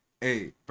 Hey